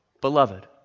beloved